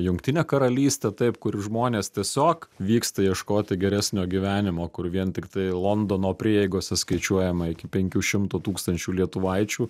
jungtine karalyste taip kur žmonės tiesiog vyksta ieškoti geresnio gyvenimo kur vien tiktai londono prieigose skaičiuojama iki penkių šimtų tūkstančių lietuvaičių